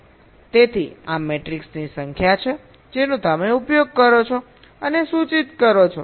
તેથી આ મેટ્રિક્સની સંખ્યા છે જેનો તમે ઉપયોગ કરો છો અને સૂચિત કરો છો